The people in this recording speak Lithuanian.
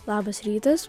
labas rytas